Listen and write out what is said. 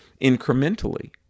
incrementally